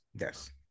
Yes